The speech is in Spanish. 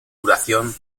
curación